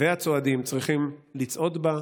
והצועדים צריכים לצעוד בה.